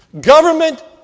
government